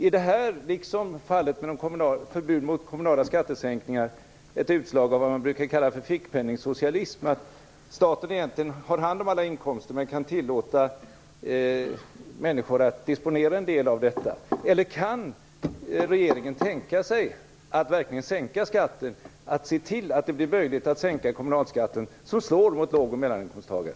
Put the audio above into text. Är det här, liksom förbudet mot kommunala skattesänkningar, ett utslag av vad man brukar kalla för fickpenningssocialism, dvs. att staten egentligen har hand om alla inkomster men kan tillåta människor att disponera en del av detta? Eller kan regeringen tänka sig att verkligen se till att det blir möjligt att sänka kommunalskatten, som slår mot låg och mellaninkomsttagare?